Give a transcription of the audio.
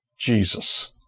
Jesus